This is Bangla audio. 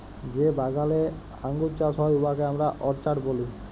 যে বাগালে আঙ্গুর চাষ হ্যয় উয়াকে আমরা অরচার্ড ব্যলি